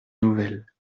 nouvelle